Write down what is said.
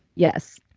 yes.